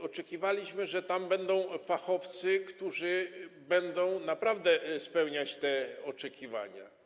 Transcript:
Oczekiwaliśmy, że tam będą fachowcy, którzy naprawdę będą spełniać te oczekiwania.